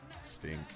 stink